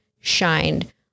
shined